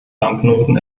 banknoten